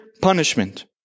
punishment